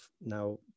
now